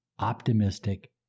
optimistic